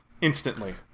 Instantly